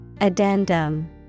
addendum